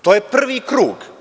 To je prvi krug.